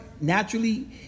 naturally